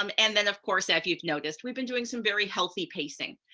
um and then, of course, if you've noticed, we've been doing some very healthy pacing.